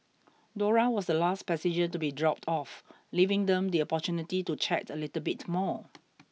Dora was the last passenger to be dropped off leaving them the opportunity to chat a little bit more